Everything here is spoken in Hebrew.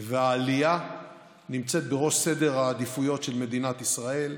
והעלייה נמצאת בראש סדר העדיפויות של מדינת ישראל.